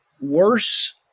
worse